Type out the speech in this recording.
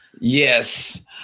Yes